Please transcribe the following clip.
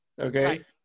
okay